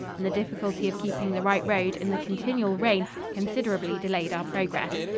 and the difficulty of keeping the right road in the continual rain considerably delayed our progress.